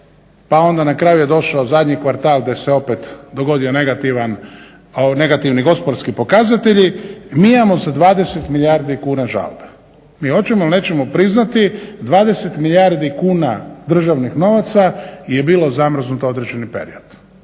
pa onda na kraju je došao zadnji kvartal gdje se opet dogodili negativni gospodarski pokazatelji mi imamo za 20 milijardi kuna žalbe. Mi hoćemo ili nećemo priznati 20 milijardi kuna državnih novaca je bilo zamrznuto određeni period.